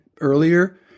earlier